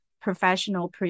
professional